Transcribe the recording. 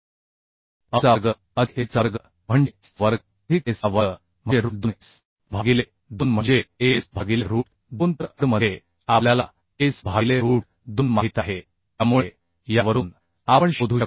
AB चा वर्ग अधिक AC चा वर्ग म्हणजे S चा वर्ग अधिक S चा वर्ग म्हणजे रूट 2S भागिले 2 म्हणजे S भागिले रूट 2 तर AD मध्ये आपल्याला S भागिले रूट 2 माहित आहे त्यामुळे यावरून आपण शोधू शकतो